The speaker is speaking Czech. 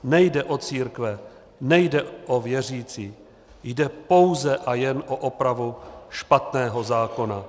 Nejde o církve, nejde o věřící, jde pouze a jen o opravu špatného zákona.